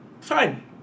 Fine